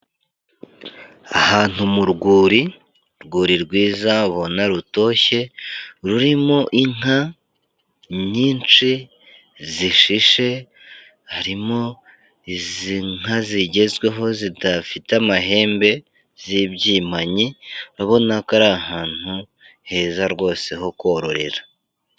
Ahantu mu rwuri, urwuri rwiza ubona rutoshye rurimo inka nyinshi zishishe, harimo izi nka zigezweho zidafite amahembe z'ibyimanyi, ubona ko ari ahantu heza rwose ho kororera.